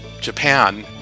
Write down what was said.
Japan